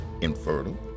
infertile